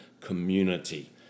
community